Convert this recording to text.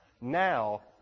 now